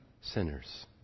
sinners